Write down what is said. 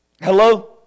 Hello